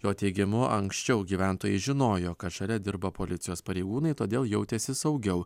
jo teigimu anksčiau gyventojai žinojo kad šalia dirba policijos pareigūnai todėl jautėsi saugiau